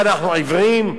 מה אנחנו, עיוורים?